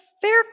fair